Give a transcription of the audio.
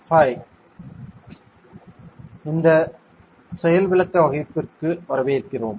hi இந்த செயல்விளக்க வகுப்பிற்கு வரவேற்கிறோம்